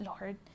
Lord